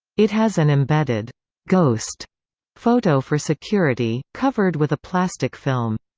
it has an embedded ghost photo for security, covered with a plastic film.